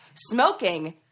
Smoking